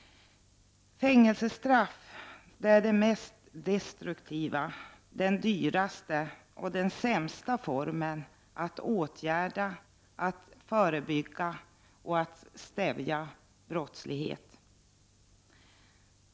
Fängelsestraff är den mest destruktiva, den dyraste och den sämsta formen för att åtgärda, förebygga och stävja brottslighet.